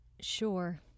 Sure